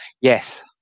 Yes